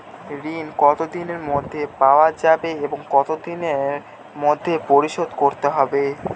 ঋণ কতদিনের মধ্যে পাওয়া যাবে এবং কত দিনের মধ্যে পরিশোধ করতে হবে?